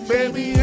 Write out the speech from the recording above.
Baby